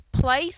place